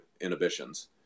inhibitions